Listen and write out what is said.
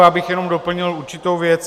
Já bych jenom doplnil určitou věc.